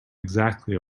exactly